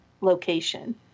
location